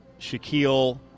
Shaquille